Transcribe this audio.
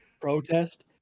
Protest